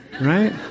right